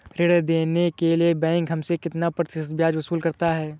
ऋण देने के लिए बैंक हमसे कितना प्रतिशत ब्याज वसूल करता है?